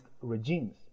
regimes